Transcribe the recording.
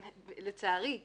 לצערי.